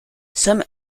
some